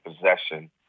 possession